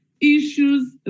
issues